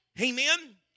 Amen